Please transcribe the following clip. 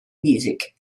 music